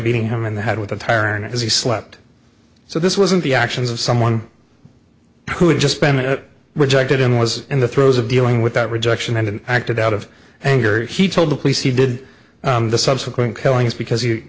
beating him in the head with a tyrant as he slept so this wasn't the actions of someone who had just spent it rejected him was in the throes of dealing with that rejection and acted out of anger he told the police he did the subsequent killings because he